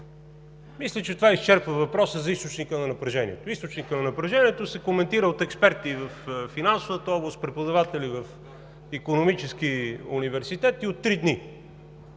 Мисля, че това изчерпа въпроса за източника на напрежението. Източникът на напрежението се коментира от експерти във финансовата област, преподаватели в икономически университети от три дни.